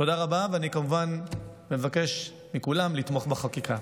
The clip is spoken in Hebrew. תודה רבה, ואני כמובן מבקש מכולם לתמוך בחקיקה.